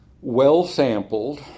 well-sampled